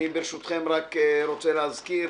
אני ברשותכם רוצה להזכיר